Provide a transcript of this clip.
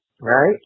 right